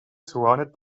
surrounded